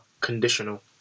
conditional